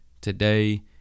today